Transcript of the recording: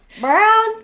brown